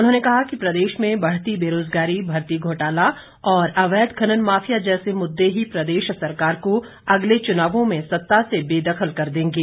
उन्होंने कहा कि प्रदेश में बढ़ती बेरोज़गारी भर्ती घोटाला और अवैध खनन माफिया जैसे मुददे ही प्रदेश सरकार को अगले चुनावों में सत्ता से बेदखल कर देंगे